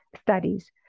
studies